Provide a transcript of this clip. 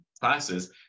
classes